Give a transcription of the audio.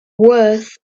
worth